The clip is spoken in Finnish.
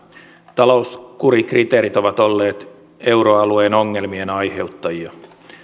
talouskurikriteerit ovat olleet euroalueen ongelmien aiheuttajia